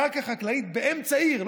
קרקע חקלאית באמצע עיר,